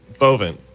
bovin